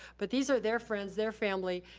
but these are their friends, their family,